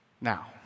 Now